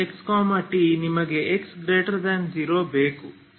uxtನಿಮಗೆ x0 ಬೇಕು